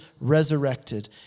resurrected